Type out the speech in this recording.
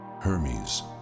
Hermes